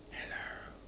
hello